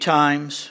times